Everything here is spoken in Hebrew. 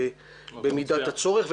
במידת הצורך.